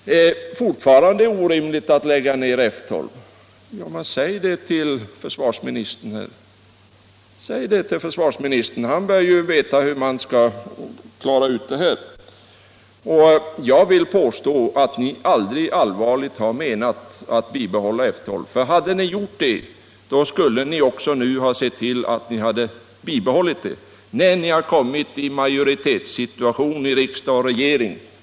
Det är fortfarande orimligt att lägga ned F 12 säger herr Schött. Säg det till försvarsministern, herr Schött. Han bör veta hur man skall klara den frågan! Jag vill påstå att ni aldrig allvarligt har menat att bibehålla F 12. Hade ni gjort det, skulle ni nu också ha sett till att flottiljen fick vara kvar när ni kommit i majoritet i riksdag och regering.